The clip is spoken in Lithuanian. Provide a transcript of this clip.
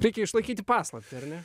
reikia išlaikyti paslaptį ar ne